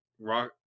Rock